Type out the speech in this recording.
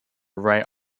right